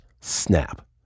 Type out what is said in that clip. snap